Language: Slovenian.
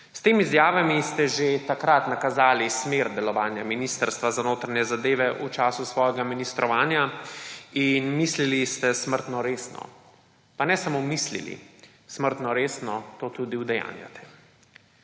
S temi izjavami ste že takrat nakazali smer delovanja Ministrstva za notranje zadeve v času svojega ministrovanja in mislili ste smrtno resno, pa ne samo mislil smrtno resno, to tudi udejanjate.